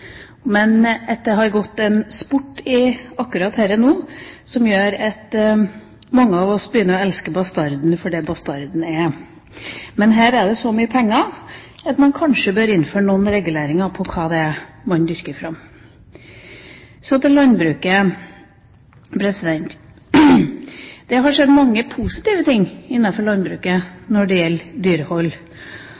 men det har nå gått en sport i akkurat dette, som gjør at mange av oss begynner å elske bastarden – for det bastarden er. Men her er det så mye penger at man kanskje bør innføre noen reguleringer med tanke på hva man dyrker fram. Så til landbruket: Det har skjedd mye positivt innafor landbruket